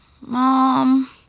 Mom